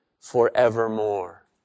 forevermore